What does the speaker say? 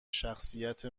شخصیت